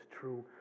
true